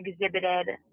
exhibited